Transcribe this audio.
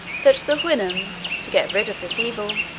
that the houyhnhnms, to get rid of this evil,